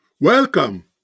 Welcome